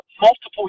multiple